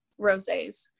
rosés